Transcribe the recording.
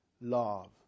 love